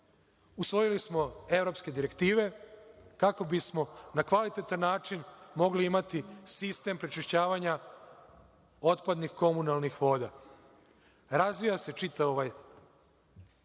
usvojili smo evropske direktive kako bismo na kvalitetan način mogli imati sistem prečišćavanja otpadnih komunalnih voda. Razvija se čitav ovaj